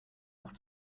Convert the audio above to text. auch